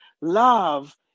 love